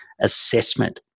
assessment